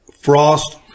Frost